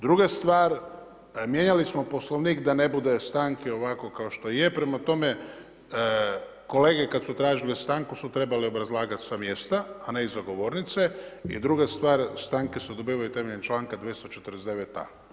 Druga stvar, mijenjali smo Poslovnik da ne bude stanke ovako kao što je, prema tome, kolege kad su tražile stanku su trebale obrazlagati sa mjesta a ne iza govornice i druga stvar, stanke se odobravaju temeljem članka 249. a)